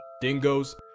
dingoes